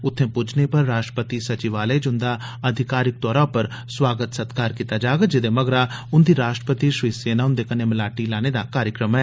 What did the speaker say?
उत्थे पुज्जने पर राष्ट्रपति सचिवालय च उन्दा अधिकारिक तौरा पर सरकारी सोआगत कीता जाग जेदे मगरा उन्दा राष्ट्रपति श्रीसेना हन्दे कन्नै मलाटी लाने दा कार्यक्रम ऐ